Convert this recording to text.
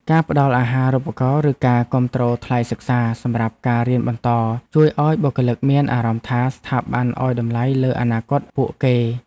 ការផ្ដល់អាហារូបករណ៍ឬការគាំទ្រថ្លៃសិក្សាសម្រាប់ការរៀនបន្ត ជួយឱ្យបុគ្គលិកមានអារម្មណ៍ថាស្ថាប័នឱ្យតម្លៃលើអនាគតពួកគេ។